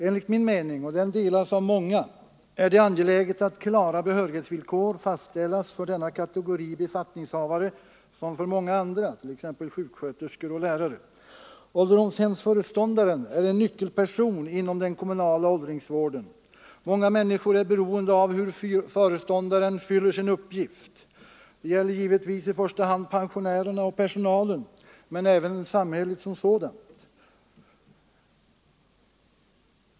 Enligt min mening, som delas av många, är det angeläget att klara behörighetsvillkor fastställs för denna kategori befattningshavare, liksom fallet är för så många andra, t.ex. sjuksköterskor och lärare. Ålderdomshemsföreståndaren är en nyckelperson inom den kommunala åldringsvården. Många människor är beroende av hur föreståndaren fyller sin uppgift. Detta gäller givetvis i första hand för pensionärerna och personalen men även för samhället som sådant.